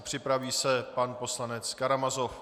Připraví se pan poslanec Karamazov.